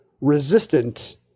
resistant